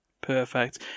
perfect